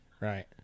Right